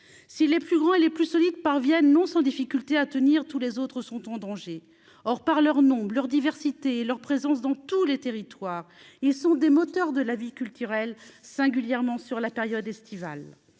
si les plus grands et les plus solides parviennent non sans difficultés à tenir tous les autres sont en danger, or par leur nombre, leur diversité et leur présence dans tous les territoires, ils sont des moteurs de la vie culturelle, singulièrement sur la période estivale,